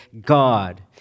God